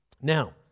Now